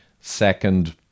second